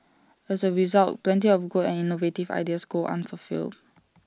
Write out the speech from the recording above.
as A result plenty of good and innovative ideas go unfulfilled